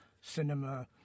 cinema